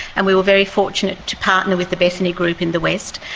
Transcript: and we were very fortunate to partner with the bethanie group in the west.